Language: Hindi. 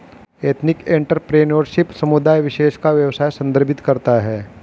एथनिक एंटरप्रेन्योरशिप समुदाय विशेष का व्यवसाय संदर्भित करता है